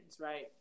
right